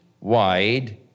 wide